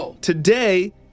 today